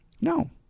No